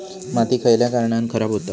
माती खयल्या कारणान खराब हुता?